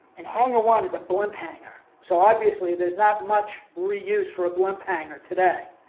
and hangar one is a blimp hangar. so, obviously there's not much reuse for a blimp hangar today.